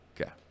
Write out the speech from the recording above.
Okay